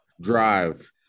drive